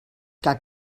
que